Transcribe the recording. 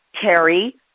Terry